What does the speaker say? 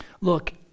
Look